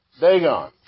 Dagon